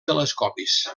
telescopis